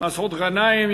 מסעוד גנאים.